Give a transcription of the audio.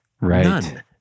None